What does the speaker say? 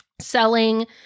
selling